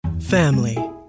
Family